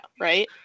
right